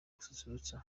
gususurutsa